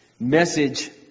message